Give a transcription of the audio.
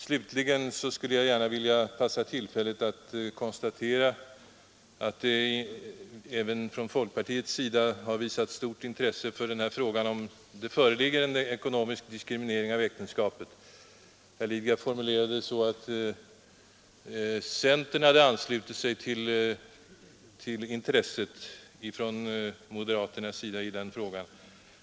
Slutligen skulle jag gärna vilja passa på tillfället att konstatera att det även från folkpartiets sida har visats stort intresse för frågan, om det förekommer en ekonomisk diskriminering av äktenskapet. Herr Lidgard formulerade det så att man fick intrycket att det endast var centern som hade anslutit sig till intresset från moderaternas sida i den frågan.